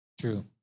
True